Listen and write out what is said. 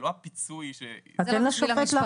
זה לא הפיצוי ש אז תן לשופט להחליט.